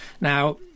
Now